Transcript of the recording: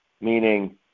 meaning